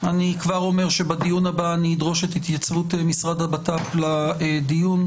כבר אומר שבדיון הבא אני אדרוש את התייצבות משרד הבט"פ בדיון.